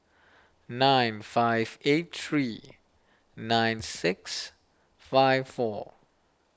nine five eight three nine six five four